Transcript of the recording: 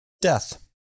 Death